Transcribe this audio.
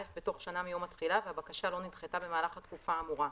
בתוך שנה מיום התחילה והבקשה לא נדחתה במהלך התקופה האמורה.